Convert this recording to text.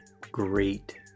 great